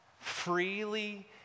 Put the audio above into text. freely